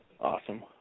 awesome